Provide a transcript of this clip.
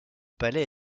palais